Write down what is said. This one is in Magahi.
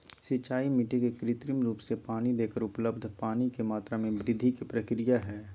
सिंचाई मिट्टी के कृत्रिम रूप से पानी देकर उपलब्ध पानी के मात्रा में वृद्धि के प्रक्रिया हई